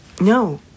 No